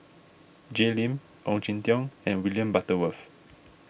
Jay Lim Ong Jin Teong and William Butterworth